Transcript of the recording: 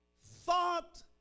thought